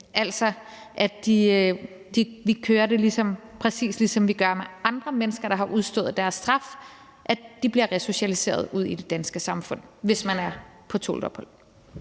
og at vi kører det, præcis som vi gør med andre mennesker, der har udstået deres straf, så de bliver resocialiseret ud i det danske samfund, hvis de er på tålt ophold.